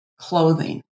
clothing